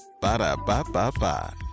Ba-da-ba-ba-ba